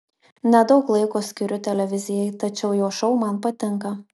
nedaug laiko skiriu televizijai tačiau jo šou man patinka